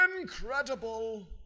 incredible